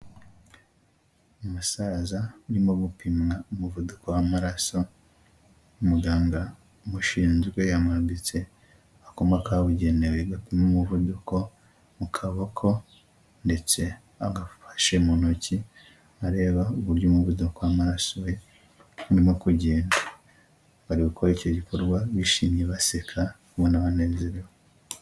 Umusaza urimo gupimwa umuvuduko w'amaraso, umuganga umushinzwe yamwambitse agakoma kabugenewe gapima umuvuduko mu kaboko ndetse agafashe mu ntoki areba uburyo umuvuduko w'amaraso we urimo kugenda, bari gukora icyo gikorwa bishimye, baseka, ubona banezerewe.